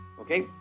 Okay